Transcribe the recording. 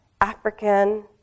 African